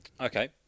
Okay